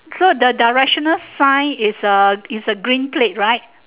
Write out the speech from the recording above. so the directional sign is a is a green plate right